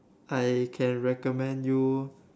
I can recommend you